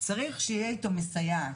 צריך שתהיה איתו מסייעת,